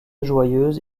joyeuse